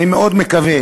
אני מאוד מקווה